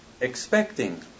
expecting